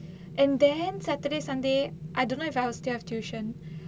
and then saturday sunday I don't know if I will still have tuition